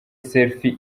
selfie